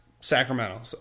Sacramento